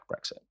Brexit